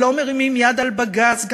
ולא מרימים יד על בג"ץ,